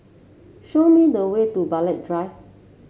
show me the way to Burghley Drive